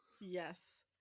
yes